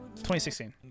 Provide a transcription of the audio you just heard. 2016